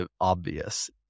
obvious